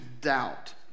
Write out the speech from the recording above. doubt